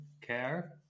care